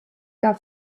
gar